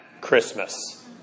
Christmas